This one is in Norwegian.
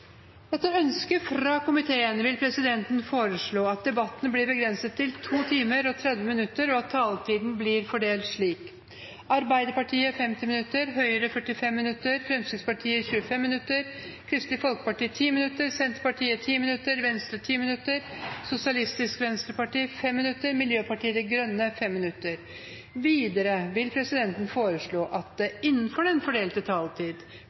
Etter ønske fra helse- og omsorgskomiteen vil presidenten foreslå at debatten blir begrenset til 2 timer og 30 minutter, og at taletiden blir fordelt slik: Arbeiderpartiet 50 minutter, Høyre 45 minutter, Fremskrittspartiet 25 minutter, Kristelig Folkeparti 10 minutter, Senterpartiet 10 minutter, Venstre 10 minutter, Sosialistisk Venstreparti 5 minutter og Miljøpartiet De Grønne 5 minutter. Videre vil presidenten foreslå at det